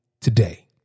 today